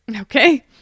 Okay